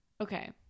okay